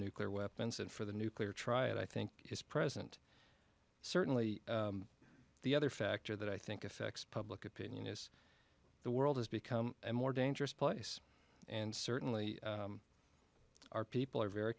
nuclear weapons and for the nuclear try and i think is present certainly the other factor that i think affects public opinion is the world has become a more dangerous place and certainly our people are very